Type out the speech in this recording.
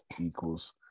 Equals